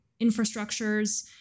infrastructures